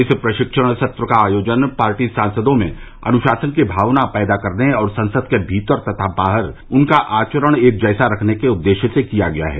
इस प्रशिक्षण सत्र का आयोजन पार्टी सांसदों में अनुशासन की भावना पैदा करने और संसद के भीतर तथा बाहर उनका आचरण एक जैसा रखने के उद्देश्य से किया गया है